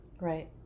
Right